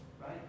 Right